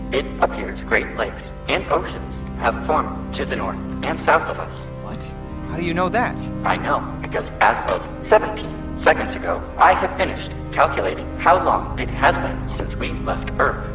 it appears great lakes and oceans have formed to the north and south of us what? how do you know that? i know because as of seventeen seconds ago, i have finished calculating how long it has been since we left earth.